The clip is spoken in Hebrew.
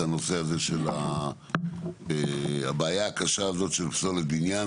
זה הנושא הזה של הבעיה הקשה הזאת של פסולת בניין.